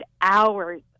hours